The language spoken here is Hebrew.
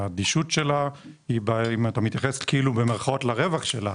האדישות שלה היא אם אתה מתייחס במירכאות לרווח שלה,